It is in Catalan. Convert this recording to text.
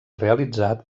realitzat